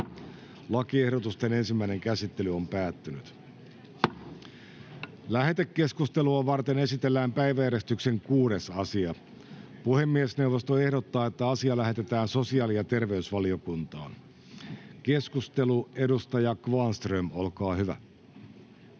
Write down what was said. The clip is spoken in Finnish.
lain muuttamisesta Time: N/A Content: Lähetekeskustelua varten esitellään päiväjärjestyksen 6. asia. Puhemiesneuvosto ehdottaa, että asia lähetetään sosiaali- ja terveysvaliokuntaan. — Keskustelu, edustaja Kvarnström, olkaa hyvä.